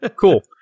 Cool